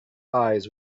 eyes